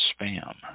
spam